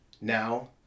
Now